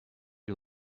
you